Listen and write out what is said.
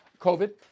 COVID